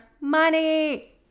money